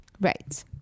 Right